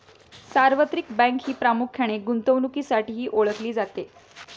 सार्वत्रिक बँक ही प्रामुख्याने गुंतवणुकीसाठीही ओळखली जाते